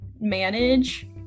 manage